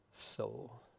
soul